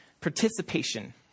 participation